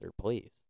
please